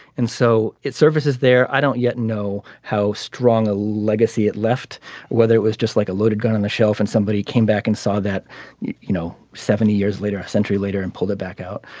and so it surfaces there i don't yet know how strong a legacy it left whether it was just like a loaded gun on the shelf and somebody came back and saw that you know seventy years later a century later and pulled it back out.